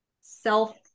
Self